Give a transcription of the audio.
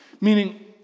Meaning